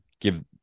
give